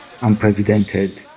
unprecedented